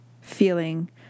feeling